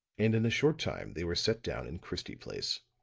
and in a short time they were set down in christie place.